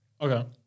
Okay